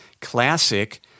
classic